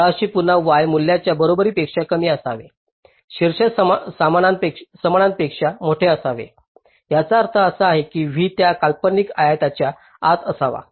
तळाशी पुन्हा y मूल्यांच्या बरोबरीपेक्षा कमी असावे शीर्ष समानांपेक्षा मोठे असावे त्याचा अर्थ असा की हा v त्या काल्पनिक आयताच्या आत असावा